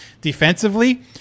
defensively